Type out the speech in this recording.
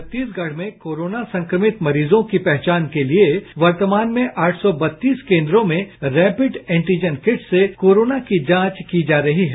छत्तीसगढ़ में कोरोना संक्रमित मरीजों की पहचान के लिए वर्तमान में आठ सौ बत्तीस केन्द्रों में रैपिड एंटीजन किट से कोरोना की जांच की जा रही है